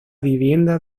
vivienda